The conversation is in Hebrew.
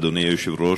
אדוני היושב-ראש,